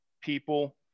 people